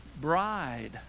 bride